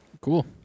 Cool